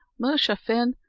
musha, fin,